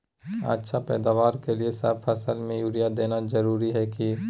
अच्छा पैदावार के लिए सब फसल में यूरिया देना जरुरी है की?